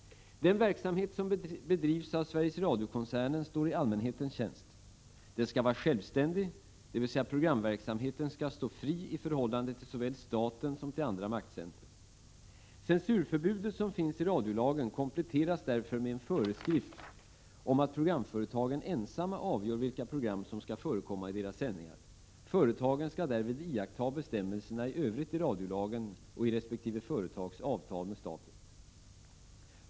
Den verksamhet som bedrivs av Sveriges Radio-koncernen står i allmänhetens tjänst. Den skall vara självständig, dvs. programverksamheten skall stå fri i förhållande till såväl staten som till andra maktcentra. Censurförbudet, som finns i radiolagen , kompletteras därför med en föreskrift om att programföretagen ensamma avgör vilka program som skall förekommai deras sändningar. Företagen skall därvid iaktta bestämmelserna i övrigt i radiolagen och i resp. företags avtal med staten.